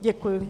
Děkuji.